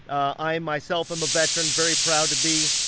i myself am a veteran, very proud to be.